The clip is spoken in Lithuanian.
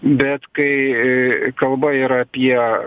bet kai kalba yra apie